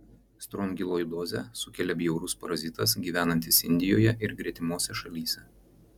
strongiloidozę sukelia bjaurus parazitas gyvenantis indijoje ir gretimose šalyse